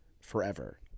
forever